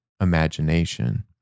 imagination